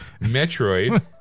Metroid